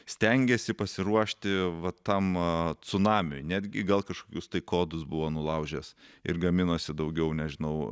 stengėsi pasiruošti vat tam cunamiui netgi gal kažkokius tai kodus buvo nulaužęs ir gaminosi daugiau nežinau